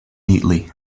neatly